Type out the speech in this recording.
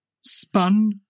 spun